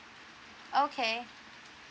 okay